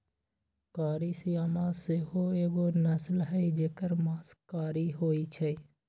कारी श्यामा सेहो एगो नस्ल हई जेकर मास कारी होइ छइ